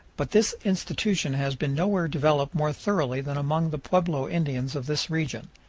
but this institution has been nowhere developed more thoroughly than among the pueblo indians of this region.